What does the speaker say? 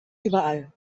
überall